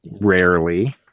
rarely